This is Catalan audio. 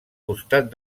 costat